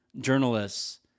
journalists